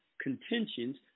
contentions